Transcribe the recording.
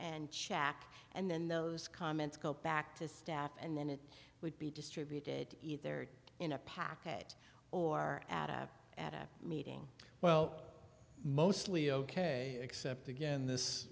and check and then those comments go back to staff and then it would be distributed either in a packet or add at a meeting well mostly ok except again this